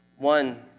One